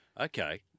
okay